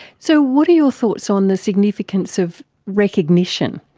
so what are your thoughts on the significance of recognition?